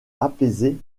apaiser